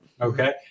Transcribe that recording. Okay